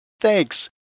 Thanks